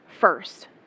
First